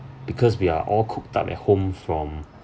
because we are all cooped up at home from